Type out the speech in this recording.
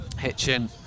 hitchin